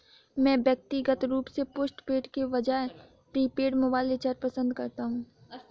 मैं व्यक्तिगत रूप से पोस्टपेड के बजाय प्रीपेड मोबाइल रिचार्ज पसंद करता हूं